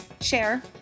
share